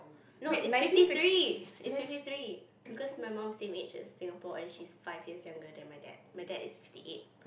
no it's fifty three it's fifty three because my mum same age as Singapore and she's five years younger than my dad my dad is fifty eight